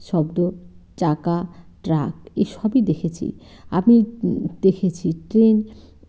শব্দ চাকা ট্র্যাক এসবই দেখেছি আপনি দেখেছি ট্রেন